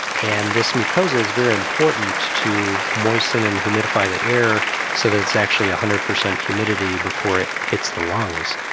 and this mucosa is very important to moisten and humidify the air so that it's actually one ah hundred percent humidity before it hits the lungs.